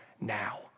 now